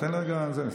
תן רגע לסיים.